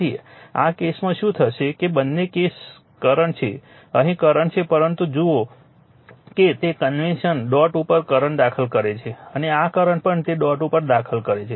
તેથી આમાં કેસ શું થશે કે બંને કેસ કરંટ છે અહીં કરંટ છે પરંતુ જુઓ કે તે કન્વેન્શન ડોટ ઉપર કરંટ દાખલ કરે છે અને આ કરંટ પણ તે ડોટ ઉપર દાખલ કરે છે